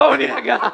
בואו נירגע.